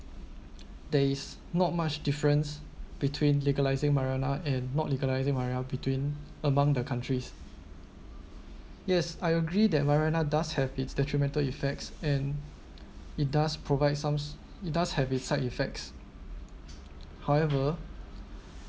there is not much difference between legalising marijuana and not legalising marijuana between among the countries yes I agree that marijuana does have its detrimental effects and it does provide some it does have its side effects however